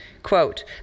Quote